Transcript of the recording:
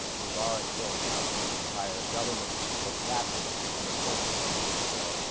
ah mubarek throwing out the entire government his whole cabinet and replacing them with ah.